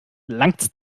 langts